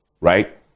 right